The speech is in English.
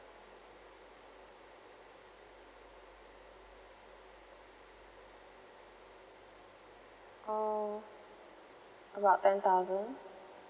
oh about ten thousand